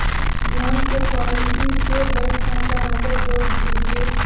मोहन के पॉलिसी से बैंक खाता नंबर जोड़ दीजिए